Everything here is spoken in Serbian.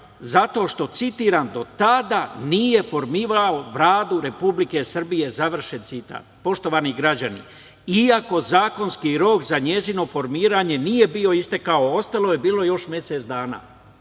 zato što, citiram: "do tada nije formirao Vladu Republike Srbije", poštovani građani, iako zakonski rok za njeno formiranje nije bio istekao, ostalo je bilo još mesec dana.